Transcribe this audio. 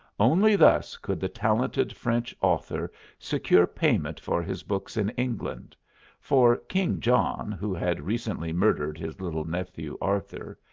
only thus could the talented french author secure payment for his books in england for king john, who had recently murdered his little nephew arthur,